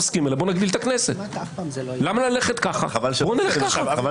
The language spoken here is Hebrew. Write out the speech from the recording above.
(2) בסעיף קטן (ד)(1) (א) במקום פסקת משנה (א) יבוא: "(א)